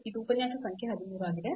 ಇದು ಉಪನ್ಯಾಸ ಸಂಖ್ಯೆ 13 ಆಗಿದೆ